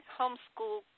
homeschool